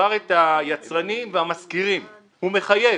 היצרנים והמסגרים, הוא מחייב.